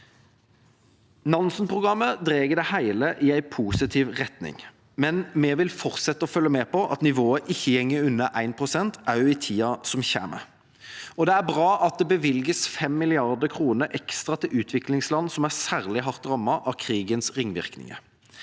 Nansen-programmet drar det hele i positiv retning, men vi vil fortsette å følge med på at nivået ikke går under 1 pst., også i tida som kommer. Det er bra at det bevilges 5 mrd. kr ekstra til utviklingsland som er særlig hardt rammet av krigens ringvirkninger.